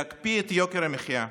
להקפיא את יוקר המחיה.